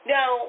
Now